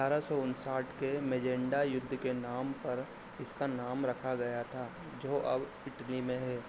अट्ठारह सौ उनसाठ के मैजेन्टा युद्ध के नाम पर इसका नाम रखा गया था जो अब इटली में है